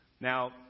Now